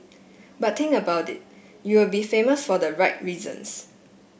but think about it you will be famous for the right reasons